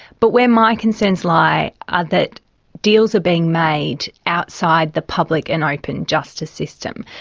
but where my concerns lie are that deals are being made outside the public and open justice system.